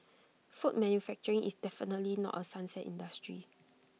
food manufacturing is definitely not A sunset industry